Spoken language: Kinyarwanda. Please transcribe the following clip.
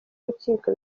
y’urukiko